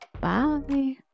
Bye